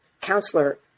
counselor